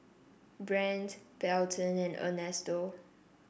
Brandt Belton and Ernesto